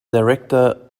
director